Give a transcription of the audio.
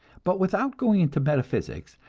but without going into metaphysics,